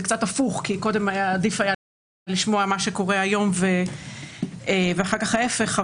זה קצת הפוך כי קודם עדיף היה לשמוע מה שקורה היום ואחר כך ההפך,